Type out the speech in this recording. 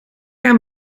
aan